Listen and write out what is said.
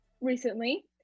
recently